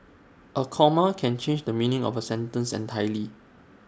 A comma can change the meaning of A sentence entirely